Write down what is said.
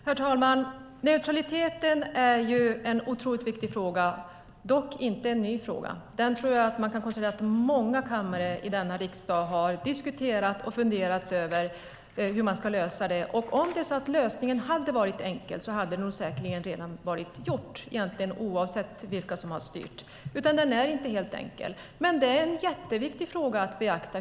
Herr talman! Neutraliteten är en otroligt viktig fråga. Det är dock inte en ny fråga. Jag tror att man kan konstatera att många i denna riksdag har diskuterat och funderat över hur man ska lösa detta. Om lösningen hade varit enkel hade det säkerligen redan varit gjort, oavsett vilka som styrt. Men den är inte helt enkel. Det är en jätteviktig fråga att beakta.